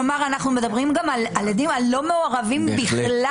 כלומר, אנחנו מדברים גם על עדים הלא מעורבים בכלל.